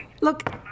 Look